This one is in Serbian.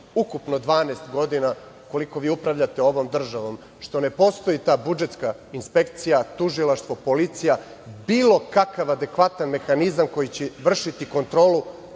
ukupno 12 godina, koliko vi upravljate ovom državom, što ne postoji ta budžetska inspekcija, tužilaštvo, policija, bilo kakav adekvatan mehanizam koji će vršiti kontrolu